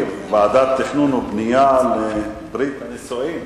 ועדת תכנון ובנייה לברית הנישואים,